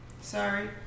Sorry